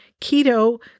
keto